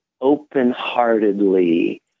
open-heartedly